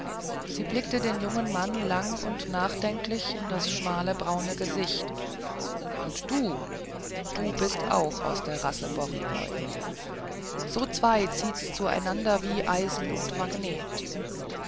sie blickte den jungen mann lang und nachdenklich in das schmale braune gesicht und du du bist auch aus der rasse boriwoj so zwei zieht's zueinander wie eisen und magnet